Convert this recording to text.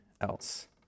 else